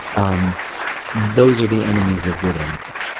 um those are the enemies of good anything.